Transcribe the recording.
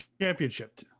championship